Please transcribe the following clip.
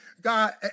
God